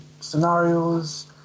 scenarios